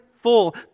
full